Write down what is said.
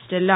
Stella